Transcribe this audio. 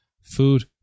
food